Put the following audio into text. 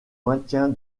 maintien